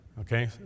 Okay